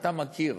אתה מכיר.